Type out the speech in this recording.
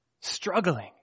struggling